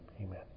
Amen